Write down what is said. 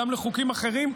גם לחוקים אחרים.